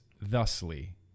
thusly